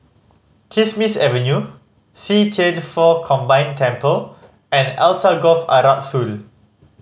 Kismis Avenue See Thian Foh Combined Temple and Alsagoff Arab School